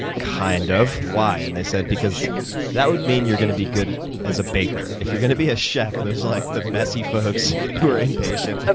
kind of. why? and they said, because that would mean you're going to be good as a baker. if you're going to be a chef, those are like the messy folks who are impatient.